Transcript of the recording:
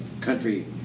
Country